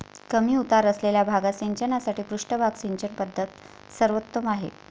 कमी उतार असलेल्या भागात सिंचनासाठी पृष्ठभाग सिंचन पद्धत सर्वोत्तम आहे